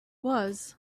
was